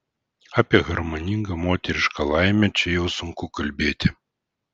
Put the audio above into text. apie harmoningą moterišką laimę čia jau sunku kalbėti